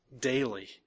daily